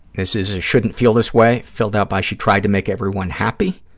this is a shouldn't feel this way, filled out by she tried to make everyone happy.